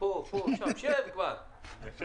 גם במכתבים,